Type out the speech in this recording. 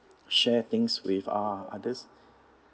share things with oth~ others